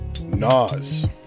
Nas